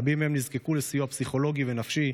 רבים מהם נזקקו לסיוע פסיכולוגי ונפשי,